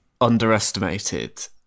underestimated